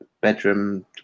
bedroom